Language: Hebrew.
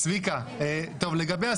חבר הכנסת קרעי, אהבתי, אהבתי.